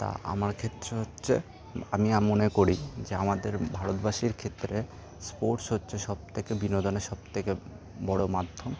তা আমার ক্ষেত্রে হচ্ছে আমি মনে করি যে আমাদের ভারতবাসীর ক্ষেত্রে স্পোর্টস হচ্ছে সব থেকে বিনোদনের সব থেকে বড়ো মাধ্যম